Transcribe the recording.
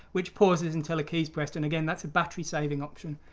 which pauses until a key is pressed and again that's a battery saving option.